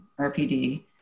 RPD